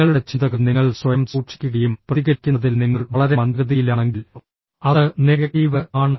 നിങ്ങളുടെ ചിന്തകൾ നിങ്ങൾ സ്വയം സൂക്ഷിക്കുകയും പ്രതികരിക്കുന്നതിൽ നിങ്ങൾ വളരെ മന്ദഗതിയിലാണെങ്കിൽ അത് നെഗറ്റീവ് ആണ്